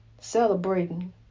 celebrating